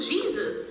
Jesus